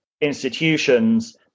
institutions